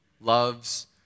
loves